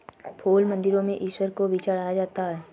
फूल मंदिरों में ईश्वर को भी चढ़ाया जाता है